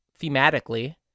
thematically